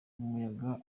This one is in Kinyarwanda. umuyaga